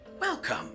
welcome